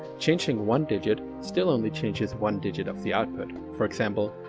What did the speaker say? changing one digit still only changes one digit of the output. for example,